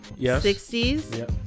60s